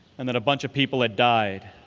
and that a bunch of people had died.